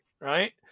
right